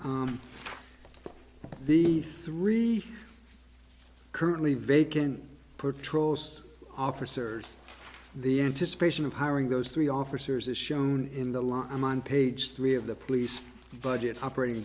done the three currently vacant patrol officers the anticipation of hiring those three officers is shown in the law i'm on page three of the police budget operating